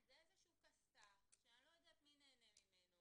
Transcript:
זה איזשהו כסת"ח שאני לא יודעת מי נהנה ממנו